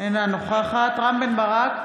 אינה נוכחת רם בן ברק,